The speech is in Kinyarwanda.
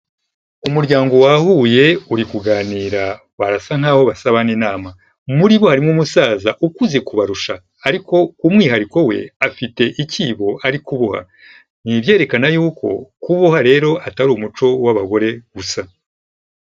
Umuryango wahuye uri kuganira, barasa nkaho basabana inama. Muri bo harimo umusaza ukuze kubarusha ariko umwihariko we, afite icyibo ari kuboha. Ni ibyerekana yuko, kuboha rero atari umuco w'abagore gusa.